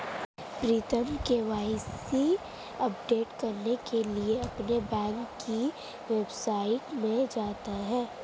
प्रीतम KYC update करने के लिए अपने बैंक की वेबसाइट में जाता है